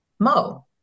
Mo